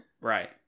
Right